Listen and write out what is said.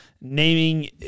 naming